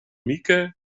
mieke